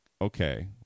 okay